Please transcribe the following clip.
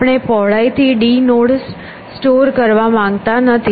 આપણે પહોળાઈથી d node store કરવા માંગતા નથી